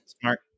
Smart